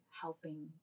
helping